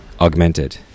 Augmented